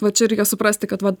va čia reikia suprasti kad va